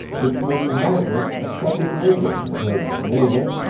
which makes margaret a second-rater compared with nada,